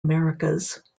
americas